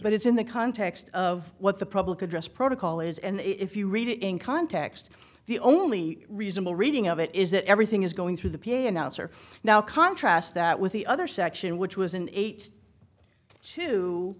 but it's in the context of what the public address protocol is and if you read it in context the only reasonable reading of it is that everything is going through the p announcer now contrast that with the other section which was an eight t